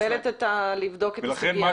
אני מקבלת.